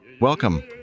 welcome